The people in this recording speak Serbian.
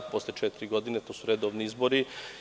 Posle četiri godine su redovni izbori.